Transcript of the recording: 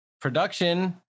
production